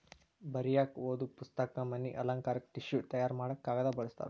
ಬರಿಯಾಕ ಓದು ಪುಸ್ತಕ, ಮನಿ ಅಲಂಕಾರಕ್ಕ ಟಿಷ್ಯು ತಯಾರ ಮಾಡಾಕ ಕಾಗದಾ ಬಳಸ್ತಾರ